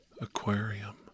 aquarium